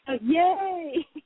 Yay